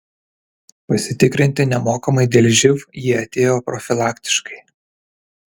pasitikrinti nemokamai dėl živ jie atėjo profilaktiškai